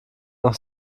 noch